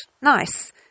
nice